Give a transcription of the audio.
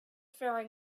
faring